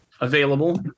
available